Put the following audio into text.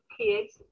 kids